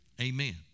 Amen